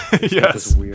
yes